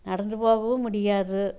நடந்து போகவும் முடியாது